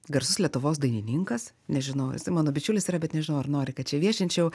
garsus lietuvos dainininkas nežinau jisai mano bičiulis yra bet nežinau ar nori kad čia viešinčiau